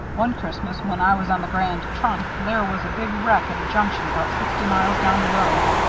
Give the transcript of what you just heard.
one christmas, when i was on the grand trunk, there was a big wreck at a junction about sixty miles down the road.